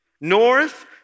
North